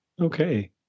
Okay